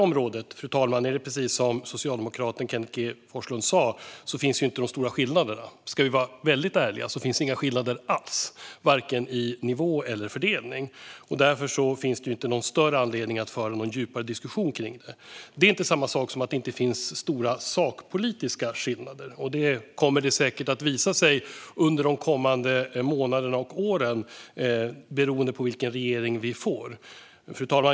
Inom detta område är det precis som socialdemokraten Kenneth G Forslund sa - här finns inga stora skillnader. Ska vi vara väldigt ärliga finns det inga skillnader alls, vare sig i nivå eller i fördelning. Därför finns det ingen större anledning att föra en djupare diskussion om det. Det är inte samma sak som att det inte finns stora sakpolitiska skillnader. Detta kommer säkert att visa sig under kommande månader och år, beroende på vilken regering vi får.